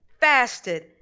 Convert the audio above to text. fasted